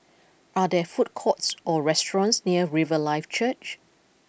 are there food courts or restaurants near Riverlife Church